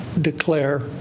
declare